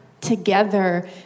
together